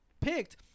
picked